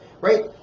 right